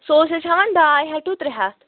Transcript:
سُہ اوس اَسہِ ہٮ۪وان ڈاے ہَتھ ٹُو ترٛےٚ ہَتھ